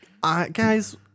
guys